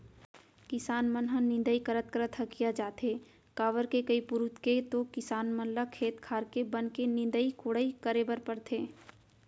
किसान मन ह निंदई करत करत हकिया जाथे काबर के कई पुरूत के तो किसान मन ल खेत खार के बन के निंदई कोड़ई करे बर परथे